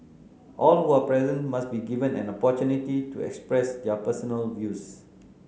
all who are present must be given an opportunity to express their personal views